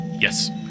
Yes